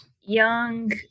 young